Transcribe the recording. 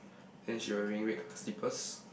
then she wearing red colour slippers